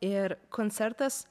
ir koncertas